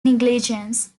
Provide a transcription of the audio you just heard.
negligence